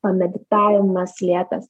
pameditavimas lėtas